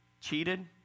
cheated